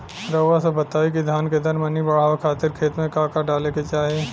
रउआ सभ बताई कि धान के दर मनी बड़ावे खातिर खेत में का का डाले के चाही?